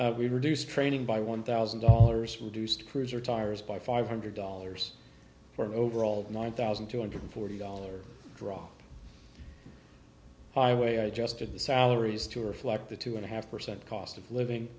purpose we reduced training by one thousand dollars reduced cruiser tires by five hundred dollars for an overall one thousand two hundred forty dollars draw highway i adjusted the salaries to reflect the two and a half percent cost of living